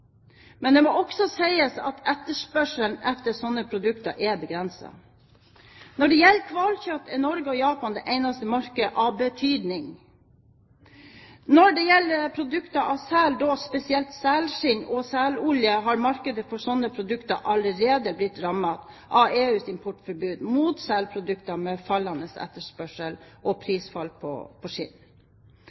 men det må også sies at etterspørselen etter slike produkter er begrenset. Når det gjelder hvalkjøtt, er Norge og Japan det eneste markedet av betydning. Når det gjelder produkter av sel, da spesielt selskinn og selolje, har markedet allerede blitt rammet av EUs importforbud mot selprodukter, med fallende etterspørsel og prisfall på skinn.